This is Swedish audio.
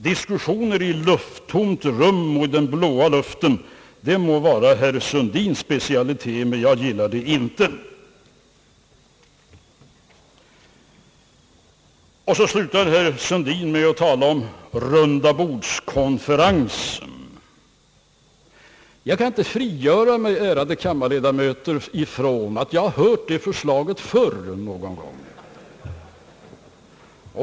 Diskussioner i lufttomt rum och i den blå luften må vara herr Sundins specialitet. Jag gillar det dock inte. Herr Sundin avslutade sitt anförande med att tala om en rundabordskonferens. Jag kan inte, ärade kammarledamöter, frigöra mig från en känsla av att jag har hört det förslaget förr någon gång.